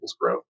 growth